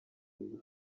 ubu